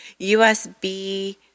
USB